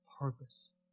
purpose